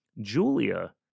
Julia